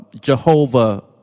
Jehovah